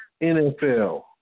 NFL